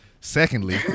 Secondly